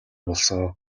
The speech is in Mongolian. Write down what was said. болсон